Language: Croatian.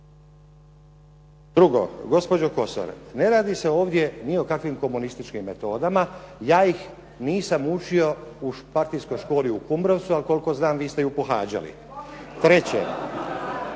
Drugo. Gospođo Kosor, ne radi se ovdje ni o kakvim komunističkim metodama, ja ih nisam učio u partijskoj školi u Kumrovcu, ali koliko znam vi ste ju pohađali. Treće,